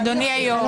אדוני היו"ר,